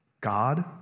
God